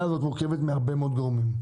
מורכבת מהרבה מאוד גורמים.